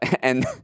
and-